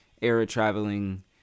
era-traveling